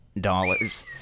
dollars